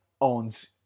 owns